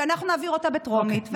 שאנחנו נעביר אותה בטרומית, אוקיי, בסדר.